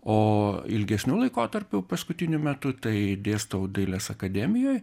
o ilgesniu laikotarpiu paskutiniu metu tai dėstau dailės akademijoj